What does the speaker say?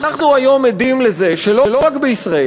אנחנו היום עדים לזה שלא רק בישראל,